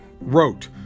wrote